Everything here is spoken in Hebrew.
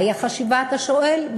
מהי החשיבה, אתה שואל?